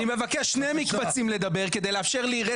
אני מבקש שני מקבצים לדבר כדי לאפשר לי רצף דיבור.